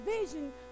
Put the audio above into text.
vision